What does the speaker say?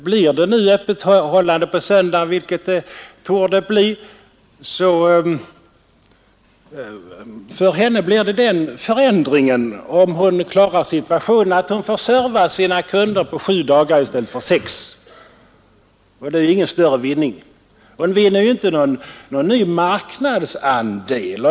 Blir det nu öppethållande på söndagen, vilket det torde bli, inträffar för henne den förändringen, om hon klarar situationen, att hon får serva sina kunder på sju dagar i stället för sex, och det är ingen större vinning. Hon vinner ju inte någon ny marknadsandel.